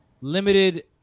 limited